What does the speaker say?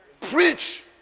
Preach